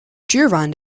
durand